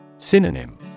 Synonym